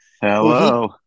Hello